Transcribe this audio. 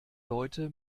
leute